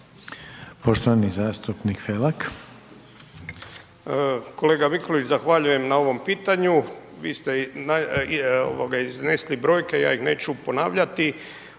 poštovanog zastupnika Željka